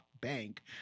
bank